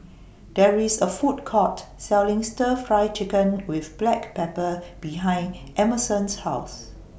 There IS A Food Court Selling Stir Fry Chicken with Black Pepper behind Emerson's House